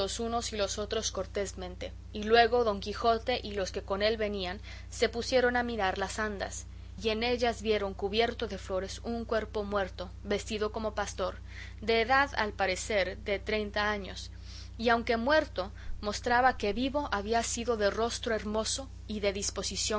unos y los otros cortésmente y luego don quijote y los que con él venían se pusieron a mirar las andas y en ellas vieron cubierto de flores un cuerpo muerto vestido como pastor de edad al parecer de treinta años y aunque muerto mostraba que vivo había sido de rostro hermoso y de disposición